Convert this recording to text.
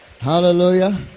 Hallelujah